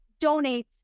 donates